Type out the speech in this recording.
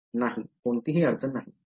नाही कोणतीही अडचण नाही